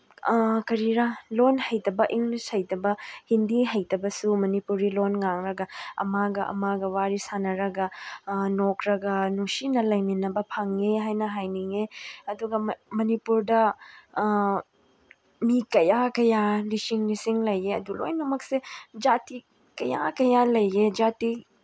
ꯀꯔꯤꯔ ꯂꯣꯟ ꯍꯩꯇꯕ ꯏꯪꯂꯤꯁ ꯍꯩꯇꯕ ꯍꯤꯟꯗꯤ ꯍꯩꯇꯕꯁꯨ ꯃꯅꯤꯄꯨꯔꯤ ꯂꯣꯟ ꯉꯥꯡꯂꯒ ꯑꯃꯒ ꯑꯃꯒ ꯋꯥꯔꯤ ꯁꯥꯟꯅꯔꯒ ꯅꯣꯛꯂꯒ ꯅꯨꯡꯁꯤꯅ ꯂꯩꯃꯤꯟꯅꯕ ꯐꯪꯉꯦ ꯍꯥꯏꯅ ꯍꯥꯏꯅꯤꯡꯉꯦ ꯑꯗꯨꯒ ꯃꯅꯤꯄꯨꯔꯗ ꯃꯤ ꯀꯌꯥ ꯀꯌꯥ ꯂꯤꯁꯤꯡ ꯂꯤꯁꯤꯡ ꯂꯩꯌꯦ ꯑꯗꯨ ꯂꯣꯏꯅꯃꯛꯁꯦ ꯖꯥꯇꯤ ꯀꯌꯥ ꯀꯌꯥ ꯂꯩꯌꯦ ꯖꯥꯇꯤ